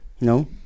No